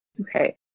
Okay